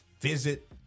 Visit